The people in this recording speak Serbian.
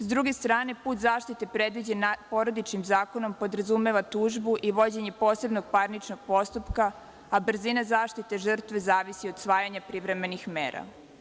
S druge strane, put zaštite predviđa Porodičnim zakonom podrazumeva tužbu i vođenje posebnog parničnog postupka, a brzina zaštite žrtve zavisi od usvajanja privremenih mera.